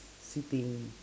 sitting